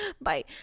Bye